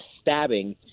stabbing